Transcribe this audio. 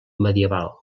medieval